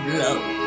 love